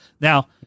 Now